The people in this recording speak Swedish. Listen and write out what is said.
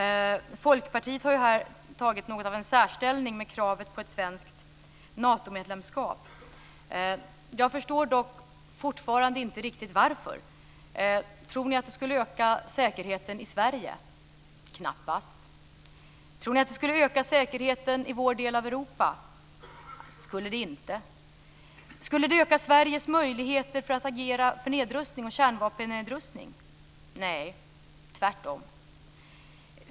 Folkpartiet har ju här tagit något av en särställning med kravet på ett svenskt Natomedlemskap. Jag förstår dock fortfarande inte riktigt varför. Tror ni att det skulle öka säkerheten i Sverige? Det skulle det knappast göra. Tror ni att det skulle öka säkerheten i vår del av Europa? Det skulle det inte göra. Skulle det öka Sveriges möjligheter att agera för nedrustning och kärnvapennedrustning? Nej, tvärtom.